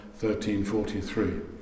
1343